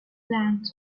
land